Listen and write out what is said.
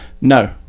no